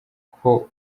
uko